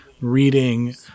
reading